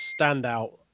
standout